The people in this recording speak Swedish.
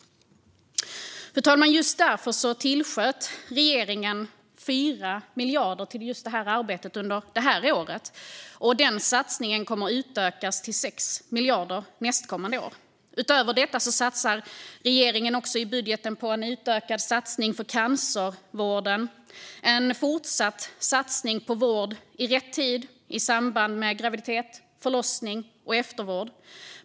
Fru talman! Just därför tillsköt regeringen 4 miljarder till detta arbete under det här året, och den satsningen kommer att utökas till 6 miljarder nästkommande år. Utöver detta lägger regeringen i budgeten pengar på en utökad satsning på cancervården och en fortsatt satsning på vård i rätt tid i samband med graviditet, förlossning och eftervård.